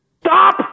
Stop